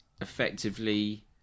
effectively